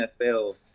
NFL